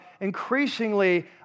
increasingly